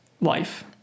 life